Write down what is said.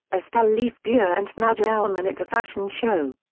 estelle lefebure and nadja auermann at a fashion show.